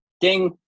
Ding